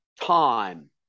time